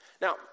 Now